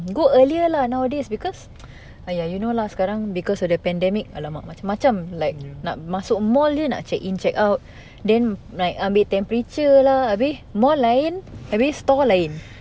go earlier lah nowadays because !aiya! you know lah sekarang because of the pandemic !alamak! macam macam like nak masuk mall jer nak check in check out then like ambil temperature lah abeh mall lain habis store lain